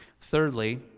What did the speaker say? Thirdly